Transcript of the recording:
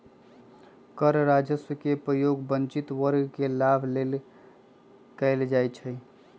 कर राजस्व के प्रयोग वंचित वर्ग के लाभ लेल कएल जाइ छइ